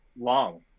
long